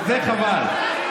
וזה חבל.